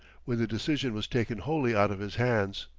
when the decision was taken wholly out of his hands.